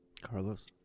Carlos